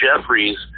Jeffries